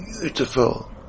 beautiful